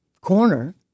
corner